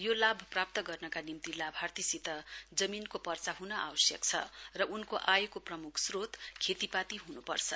यो लाभ प्राप्त गर्नका निम्ति लाभार्थीसित जमीनको पर्चा ह्न आवश्यक छ र उनको आयको प्रमुख श्रोत खेतीपाती हन्पर्छ